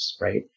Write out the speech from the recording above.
right